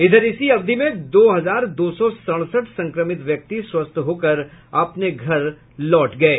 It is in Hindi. उधर इसी अवधि में दो हजार दो सौ सड़सठ संक्रमित व्यक्ति स्वस्थ होकर अपने घर लौट चुके हैं